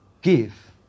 give